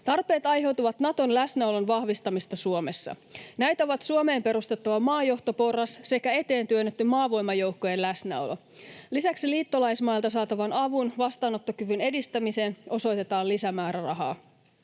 Tarpeet aiheutuvat Naton läsnäolon vahvistamisesta Suomessa. Näitä ovat Suomeen perustettava maajohtoporras sekä eteentyönnetty maavoimajoukkojen läsnäolo. Lisäksi liittolaismailta saatavan avun vastaanottokyvyn edistämiseen osoitetaan lisämäärärahaa.